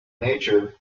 nature